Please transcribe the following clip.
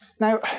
Now